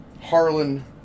Harlan